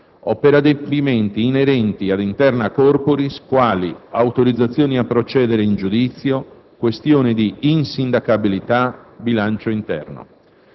o per adempimenti inerenti ad *interna corporis* (quali autorizzazioni a procedere in giudizio, questioni di insindacabilità, bilancio interno).